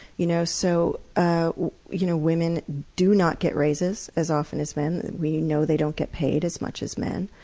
you know so ah you know women do not get raises as often as men, we know they don't get paid as much as men,